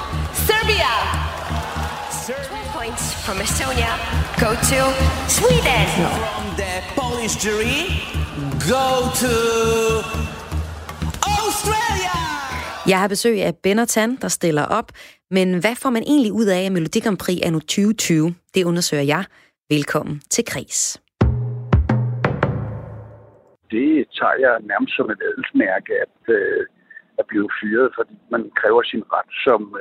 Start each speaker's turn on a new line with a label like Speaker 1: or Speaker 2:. Speaker 1: Serbia.
Speaker 2: Serbia. 12 points from Estonia go to Sweden.
Speaker 3: From the Polish jury, go to Australia.
Speaker 4: Jeg har besøg af Ben og Tan, der stiller op. Men hvad får man egentlig ud af, at Melodi Grand Prix er nu 2020? Det undersøger jeg. Velkommen til Kres.
Speaker 5: Det tager jeg nærmest som et adelsmærke, at, øh, at blive fyret, fordi man kræver sin ret som